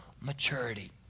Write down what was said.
maturity